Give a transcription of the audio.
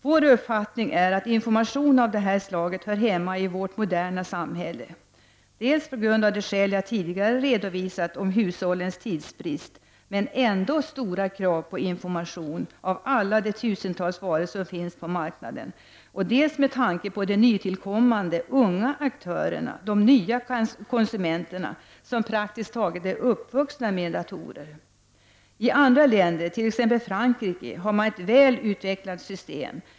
Vår uppfattning är att information av detta slag hör hemma i vårt moderna samhälle, dels på grund av vad jag tidigare redovisat om hushållens tidsbrist och stora krav på information om alla de tusentals varor som finns på marknaden, dels med tanke på de nytillkommande unga aktörerna, de nya konsumenterna, som praktiskt taget är uppvuxna med datorer. I andra länder, t.ex. i Frankrike, har man ett väl utvecklat system.